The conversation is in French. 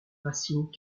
racine